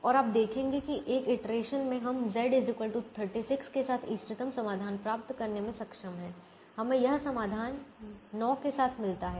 और आप देखते हैं कि एक इटरेशन में हम z 36 के साथ इष्टतम समाधान प्राप्त करने में सक्षम हैं हमें यह समाधान 9 के साथ मिलता है